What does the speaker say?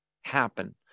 happen